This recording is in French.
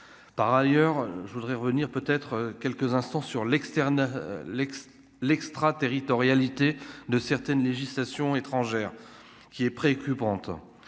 par ailleurs, je voudrais revenir, peut être quelques instants sur l'externe, l'ex l'extraterritorialité de certaines législations étrangères qui est préoccupante,